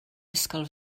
ysgol